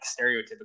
stereotypical